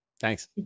Thanks